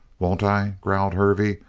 won't i? growled hervey,